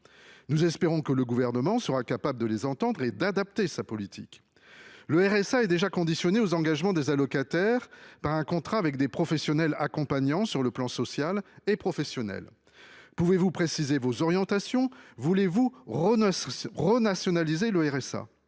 Nous espérons que le Gouvernement sera capable de les entendre et d'adapter sa politique. Le RSA est déjà conditionné aux engagements des allocataires par un contrat avec des professionnels accompagnants sur le plan social et professionnel. Pouvez-vous préciser vos orientations ? Voulez-vous renationaliser le RSA ?